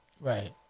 Right